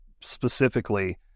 specifically